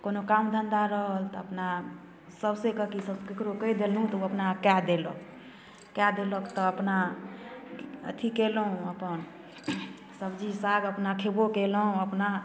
कोनो काम धन्धा रहल तऽ अपना साउसेके कि ककरो कहि देलहुँ तऽ ओ अपना कऽ देलक कऽ देलक तऽ अपना अथी केलहुँ अपन सब्जी साग अपना खेबो खेलहुँ अपना